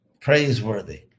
praiseworthy